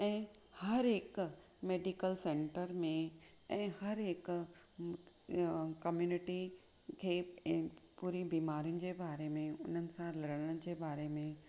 ऐं हर हिकु मेडिकल सेंटर में ऐं हर हिकु क्म्यूनिटी खे ऐं पूरी बीमारीयुनि जे बारे मे उन्हनि सां लड़नि जे बारे में